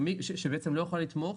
שבעצם לא יכולה לתמוך